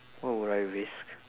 what would I risk